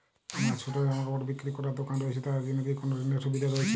আমার ছোটো জামাকাপড় বিক্রি করার দোকান রয়েছে তা এর জন্য কি কোনো ঋণের সুবিধে রয়েছে?